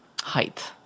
height